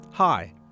Hi